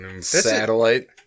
Satellite